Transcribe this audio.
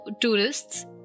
tourists